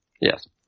yes